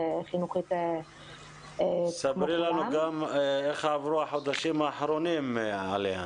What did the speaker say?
חינוכית כמו כולם -- ספרי לנו גם איך עברו החודשים האחרונים עליה.